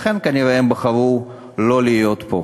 לכן, כנראה, הם בחרו לא להיות פה.